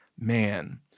man